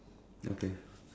okay